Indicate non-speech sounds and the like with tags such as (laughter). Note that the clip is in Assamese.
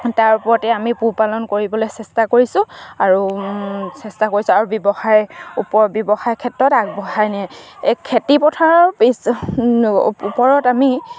তাৰ ওপৰতে আমি পোহপালন কৰিবলৈ চেষ্টা কৰিছোঁ আৰু চেষ্টা কৰিছোঁ আৰু ব্যৱসায়ৰ ওপৰত ব্যৱসায় ক্ষেত্ৰত আগবঢ়াই (unintelligible) এই খেতি পথাৰৰ (unintelligible) ওপৰত আমি